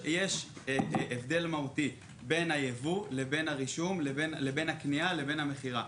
יש הבדל מהותי בין יבוא לרישום ובין קנייה למכירה.